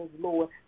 Lord